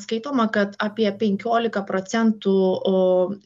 skaitoma kad apie penkiolika procentų